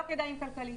הלא כדאיים כלכלית.